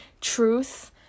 truth